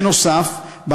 נוסף על כך,